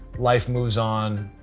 life moves on.